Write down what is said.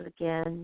again